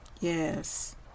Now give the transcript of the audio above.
Yes